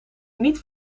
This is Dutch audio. niet